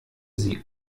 sie